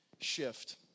shift